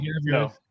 no